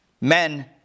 men